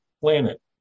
planet